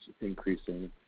increasing